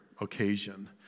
occasion